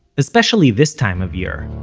especially this time of year.